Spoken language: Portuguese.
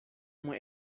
uma